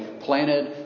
planted